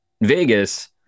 Vegas